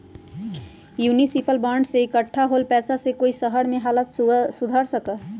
municipal bond से इक्कठा होल पैसा से कई शहर के हालत सुधर सका हई